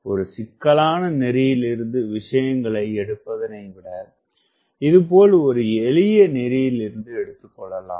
ஒரு சிக்கலான நெறியிலிருந்து விஷயங்களை எடுப்பதனை விட இது போல் ஒரு எளிய நெறியிலிருந்து எடுத்துக்கொள்ளலாம்